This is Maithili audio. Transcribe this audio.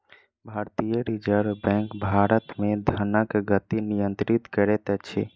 भारतीय रिज़र्व बैंक भारत मे धनक गति नियंत्रित करैत अछि